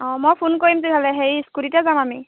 অঁ মই ফোন কৰিম তেতিয়াহ'লে হেৰি স্কুটিতে যাম আমি